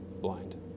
blind